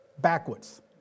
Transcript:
backwards